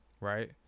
right